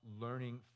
learning